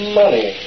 money